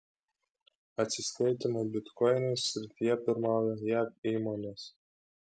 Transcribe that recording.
atsiskaitymų bitkoinais srityje pirmauja jav įmonės